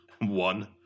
One